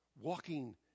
walking